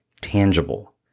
tangible